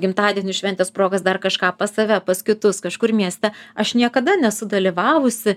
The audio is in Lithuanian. gimtadienių šventes progas dar kažką pas save pas kitus kažkur mieste aš niekada nesu dalyvavusi